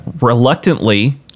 reluctantly